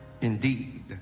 Indeed